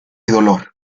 dolor